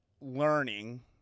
learning